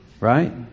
Right